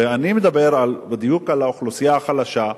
ואני מדבר בדיוק על האוכלוסייה החלשה,